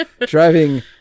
driving